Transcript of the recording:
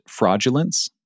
fraudulence